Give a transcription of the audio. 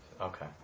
Okay